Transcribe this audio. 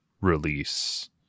release